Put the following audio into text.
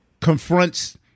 confronts